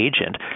agent